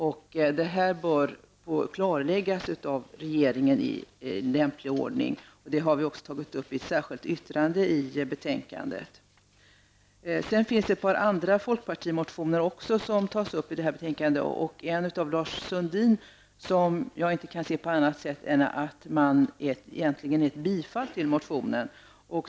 Det bör klarläggas av regeringen i lämplig ordning. Det har vi tagit upp i ett särskilt yttrande i betänkandet. Vidare finns några folkpartimotioner, -- en av Lars Sundin -- som tas upp i betänkandet, där jag inte kan se annat sätt än att man tillstyrker motionen.